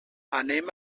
anem